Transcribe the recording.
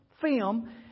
film